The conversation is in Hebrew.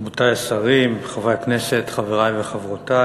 תודה רבה, רבותי השרים, חברי הכנסת, חברי וחברותי,